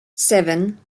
seven